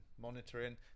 monitoring